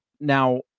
Now